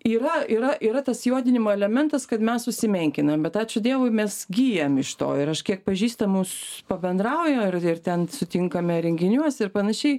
yra yra yra tas juodinimo elementas kad mes susimenkinam bet ačiū dievui mes gyjam iš to ir aš kiek pažįstamus pabendrauju ar ir ten sutinkame renginiuose ir panašiai